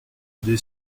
des